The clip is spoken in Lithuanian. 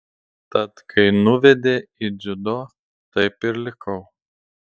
tad kai nuvedė į dziudo taip ir likau